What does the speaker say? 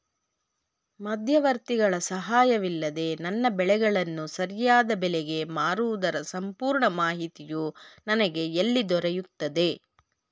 ಮಧ್ಯವರ್ತಿಗಳ ಸಹಾಯವಿಲ್ಲದೆ ನನ್ನ ಬೆಳೆಗಳನ್ನು ಸರಿಯಾದ ಬೆಲೆಗೆ ಮಾರುವುದರ ಸಂಪೂರ್ಣ ಮಾಹಿತಿಯು ನನಗೆ ಎಲ್ಲಿ ದೊರೆಯುತ್ತದೆ?